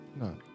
No